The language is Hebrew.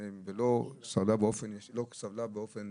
המשפחה לא נפגעה באופן